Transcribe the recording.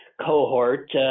cohort